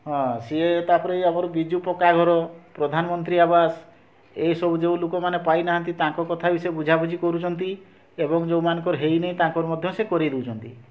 ହଁ ସିଏ ତାପରେ ଆମର ବିଜୁ ପକ୍କା ଘର ପ୍ରଧାନମନ୍ତ୍ରୀ ଆବାସ ଏ ସବୁ ଯେଉଁ ଲୋକ ମାନେ ସବୁ ପାଇନାହାଁନ୍ତି ତାଙ୍କ କଥା ବି ସେ ବୁଝାବୁଝି କରୁଛନ୍ତି ଏବଂ ଯେଉଁ ମାନଙ୍କର ହେଇନାହିଁ ତାଙ୍କର ବି ସେ କରାଇ ଦଉଛନ୍ତି